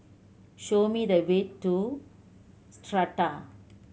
show me the way to Strata